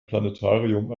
planetarium